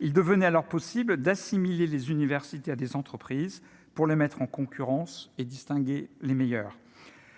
il devenait alors possible d'assimiler les universités à des entreprises pour les mettre en concurrence et distinguer les meilleurs